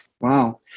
Wow